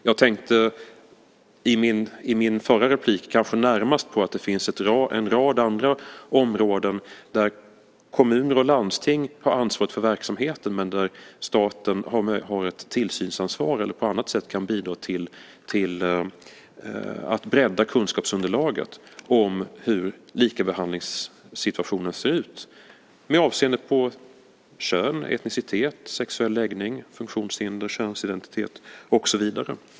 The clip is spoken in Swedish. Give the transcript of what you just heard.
Jag tänkte i mitt förra inlägg kanske närmast på att det finns en rad andra områden där kommuner och landsting har ansvaret för verksamheten men där staten har ett tillsynsansvar eller på annat sätt kan bidra till att bredda kunskapsunderlaget om hur likabehandlingssituationen ser ut med avseende på kön, etnicitet, sexuell läggning, funktionshinder, könsidentitet och så vidare.